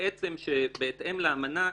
שבהתאם לאמנה,